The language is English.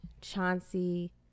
Chauncey